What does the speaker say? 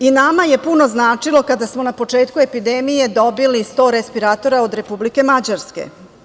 Nama je puno značilo kada smo na početku epidemije dobili 100 respiratora od Republike Mađarske.